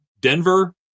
Denver